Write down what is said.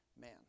man